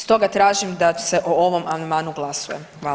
Stoga tražim da se o ovom amandmanu glasuje.